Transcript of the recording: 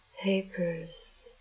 papers